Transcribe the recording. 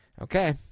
Okay